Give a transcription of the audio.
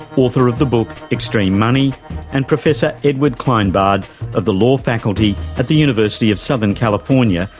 author of the book extreme money and professor edward kleinbard of the law faculty at the university of southern california,